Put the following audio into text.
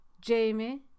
Jamie